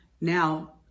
now